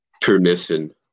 permission